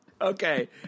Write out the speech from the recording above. Okay